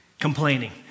complaining